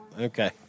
okay